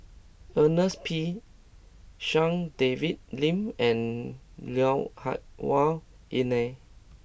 Ernest P Shanks David Lim and Lui Hah Wah Elena